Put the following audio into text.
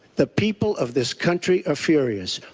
the people of this country are furious.